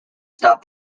stop